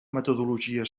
metodologia